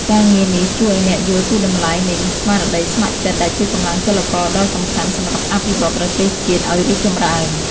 ការងារនេះជួយឱ្យអ្នកយល់ពីតម្លៃនៃ ស្មារតីស្ម័គ្រចិត្ត ដែលជាកម្លាំងចលករដ៏សំខាន់សម្រាប់អភិវឌ្ឍប្រទេសជាតិឱ្យរីកចម្រើន។